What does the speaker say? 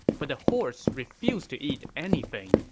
but the horse refused to eat anything,